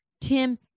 Tim